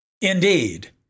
Indeed